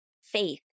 faith